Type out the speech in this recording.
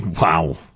Wow